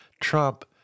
Trump